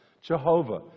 Jehovah